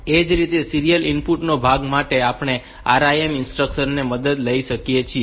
એ જ રીતે serial input ભાગો માટે આપણે RIM ઇન્સ્ટ્રક્શન્સ ની મદદ લઈ શકીએ છીએ